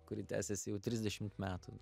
kuri tęsiasi jau trisdešimt metų